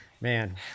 man